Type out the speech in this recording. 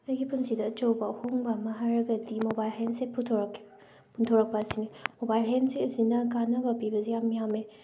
ꯑꯩꯒꯤ ꯄꯨꯟꯁꯤꯗ ꯑꯆꯧꯕ ꯑꯍꯣꯑꯕ ꯑꯃ ꯍꯥꯏꯔꯒꯗꯤ ꯃꯣꯕꯥꯏꯜ ꯍꯦꯟꯁꯦꯠ ꯄꯨꯊꯣꯔꯛꯈꯤꯕ ꯄꯨꯊꯣꯔꯛꯄ ꯑꯁꯤꯅꯤ ꯃꯣꯕꯥꯏꯜ ꯍꯦꯟꯁꯦꯠ ꯑꯁꯤꯅ ꯀꯥꯟꯅꯕ ꯄꯤꯕꯁꯦ ꯌꯥꯝ ꯌꯥꯝꯃꯦ